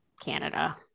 Canada